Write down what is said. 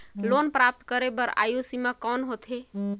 Loan प्राप्त करे बर आयु सीमा कौन होथे?